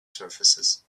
surfaces